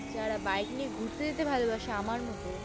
যারা বাইক নিয়ে ঘুরতে যেতে ভালোবাসে আমার মতো